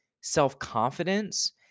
self-confidence